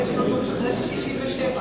אחרי 67,